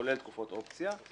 כולל תקופות אופציה.